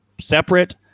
separate